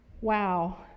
Wow